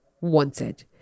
wanted